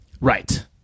Right